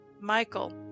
Michael